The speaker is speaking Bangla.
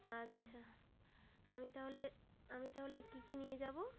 আচ্ছা আমি তাহলে আমি তাহলে কী কী নিয়ে যাব